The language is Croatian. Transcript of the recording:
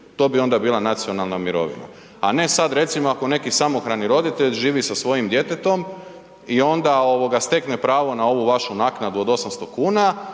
to bi onda bila nacionalna mirovina a ne sad recimo ako neki samohrani roditelj živi sa svojim djetetom i onda stekne pravo na ovu našu naknadu od 800 kn